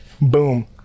Boom